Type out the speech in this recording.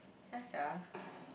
yeah sia